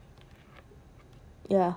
ya